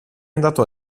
andato